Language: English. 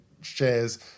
shares